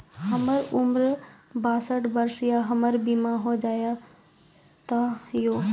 हमर उम्र बासठ वर्ष या हमर बीमा हो जाता यो?